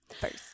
first